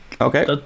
okay